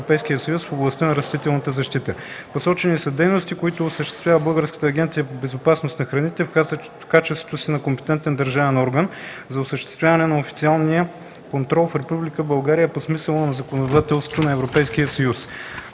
в областта на растителната защита. Посочени са дейностите, които осъществява Българската агенция по безопасност на храните в качеството си на компетентен държавен орган за осъществяване на официалния контрол в Република България по смисъла на законодателството на